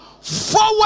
forward